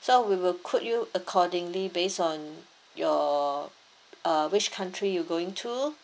so we will quote you accordingly based on your uh which country you going to